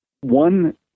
one